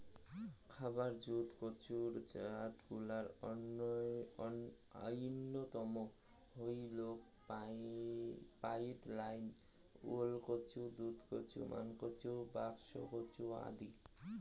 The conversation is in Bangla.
খাবার জুত কচুর জাতগুলার অইন্যতম হইলেক পাইদনাইল, ওলকচু, দুধকচু, মানকচু, বাক্সকচু আদি